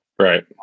Right